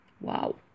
wow